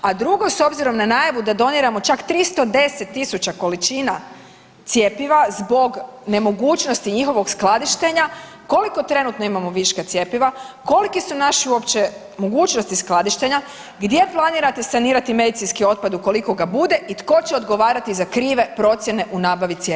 A drugo s obzirom na najavu da doniramo čak 310.000 količina cjepiva zbog nemogućnosti njihovog skladištenja koliko trenutno imamo viška cjepiva, koliki su naše uopće mogućnosti skladištenja, gdje planirate sanirati medicinski otpad ukoliko ga bude i tko će odgovarati za krive procjene u nabavi cjepiva?